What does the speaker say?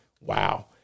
Wow